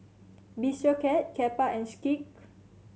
Bistro Cat Kappa and Schick